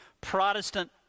Protestant